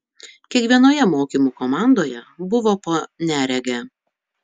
kiekvienoje mokymų komandoje buvo po neregę